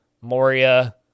Moria